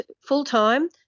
full-time